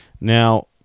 Now